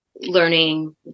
Learning